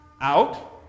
out